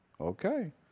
Okay